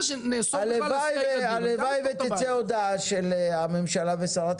שנאסור בכלל להסיע ילדים --- הלוואי שתצא הודעה של הממשלה ושרת